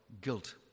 guilt